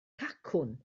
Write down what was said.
cacwn